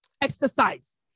exercise